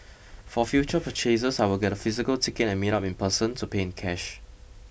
for future purchases I will get a physical ticket and meet up in person to pay in cash